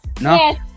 no